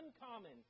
uncommon